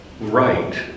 right